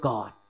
God